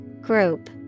Group